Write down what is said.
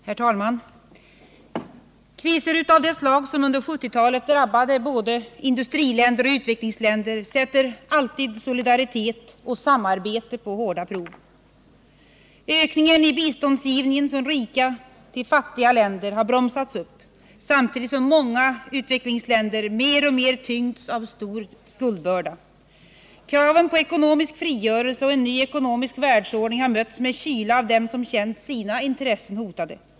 Herr talman! Kriser av det slag som under 1970-talet drabbade både industriländer och utvecklingsländer sätter alltid solidaritet och samarbete på hårda prov. Ökningen i biståndsgivningen från rika till fattiga länder har bromsats upp, samtidigt som många utvecklingsländer mer och mer tyngts av stor skuldbörda. Kraven på ekonomisk frigörelse och en ny ekonomisk världsordning har mötts med kyla av dem som känt sina intressen hotade.